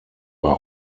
war